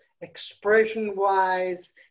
expression-wise